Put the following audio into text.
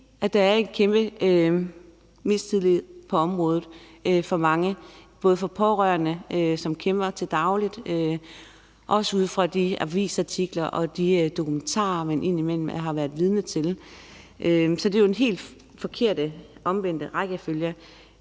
For der er en kæmpe mistillid på området for mange, også pårørende, som kæmper til daglig, på grund af de avisartikler og dokumentarer, man indimellem har været vidne til. Så det er jo den helt forkerte, omvendte rækkefølge.